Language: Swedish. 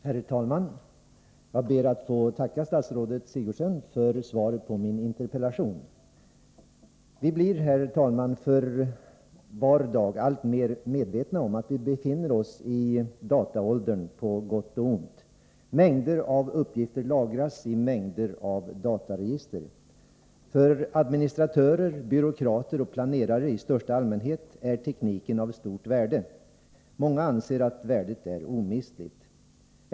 Herr talman! Jag ber att få tacka statsrådet Sigurdsen för svaret på min interpellation. Vi blir för var dag alltmer medvetna om att vi befinner oss i dataåldern på gott och ont. Mängder av uppgifter lagras i mängder av dataregister. För administratörer, byråkrater och planerare i största allmänhet är tekniken av stort värde. Många anser att värdet är omistligt.